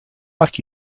luck